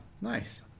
nice